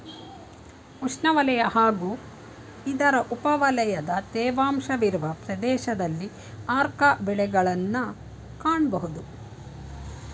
ಉಷ್ಣವಲಯ ಹಾಗೂ ಇದರ ಉಪವಲಯದ ತೇವಾಂಶವಿರುವ ಪ್ರದೇಶದಲ್ಲಿ ಆರ್ಕ ಬೆಳೆಗಳನ್ನ್ ಕಾಣ್ಬೋದು